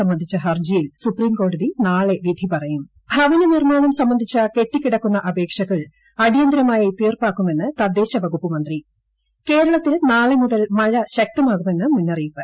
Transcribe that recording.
സംബന്ധിച്ച ഹർജിയിൽ സുപ്രിം കോടതി നാളെ വിധി പറയും ൾ ഭവനനിർമാണം സംബന്റ്സിച്ച് ് കെട്ടിക്കിടക്കുന്ന അപേക്ഷകൾ അടിയന്തര്മായി തീർപ്പാക്കുമെന്ന് തദ്ദേശവകുപ്പ് മന്ത്രി കേരളത്തിൽ നാ്ളെ മുതൽ മഴ ശക്തമാകുമെന്ന് മുന്നറിയിപ്പ്